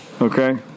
Okay